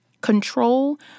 control